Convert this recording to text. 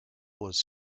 was